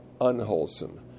unwholesome